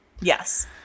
Yes